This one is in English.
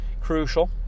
crucial